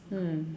mm